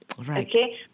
Okay